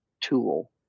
tool